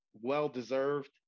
well-deserved